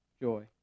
joy